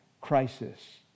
crisis